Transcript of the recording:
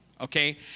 Okay